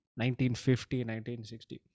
1950-1960